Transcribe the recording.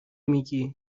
میگی